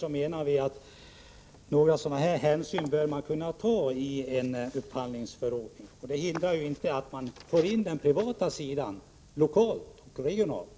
Vi menar att man bör kunna ta hänsyn till sådana här saker vid tillämpningen av upphandlingsförordningen. Det skulle inte utgöra något hinder för den privata verksamheten. Det gäller både lokalt och regionalt.